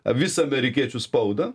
visą amerikiečių spauda